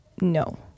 no